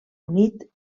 unit